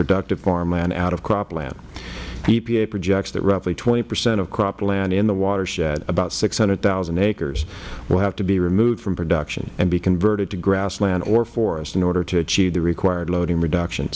productive farmland out of cropland epa projects that roughly twenty percent of cropland in the watershed about six hundred thousand acres will have to be removed from production and be converted to grassland or forest in order to achieve the required loading reduction